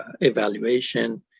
evaluation